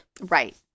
Right